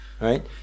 right